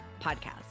podcast